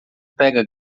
pega